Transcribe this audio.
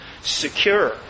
secure